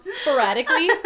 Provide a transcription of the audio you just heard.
sporadically